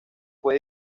fue